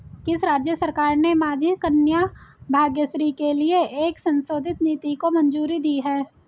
किस राज्य सरकार ने माझी कन्या भाग्यश्री के लिए एक संशोधित नीति को मंजूरी दी है?